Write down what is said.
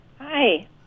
Hi